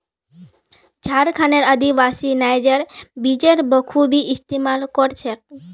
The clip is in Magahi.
झारखंडेर आदिवासी नाइजर बीजेर बखूबी इस्तमाल कर छेक